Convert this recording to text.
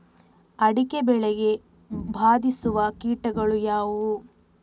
ಅಡಿಕೆ ಬೆಳೆಗೆ ಬಾಧಿಸುವ ಕೀಟಗಳು ಯಾವುವು?